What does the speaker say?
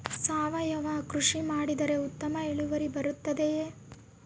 ಸಾವಯುವ ಕೃಷಿ ಮಾಡಿದರೆ ಉತ್ತಮ ಇಳುವರಿ ಬರುತ್ತದೆಯೇ?